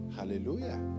hallelujah